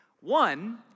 One